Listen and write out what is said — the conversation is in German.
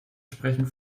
sprechen